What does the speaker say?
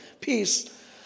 Peace